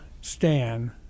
Stan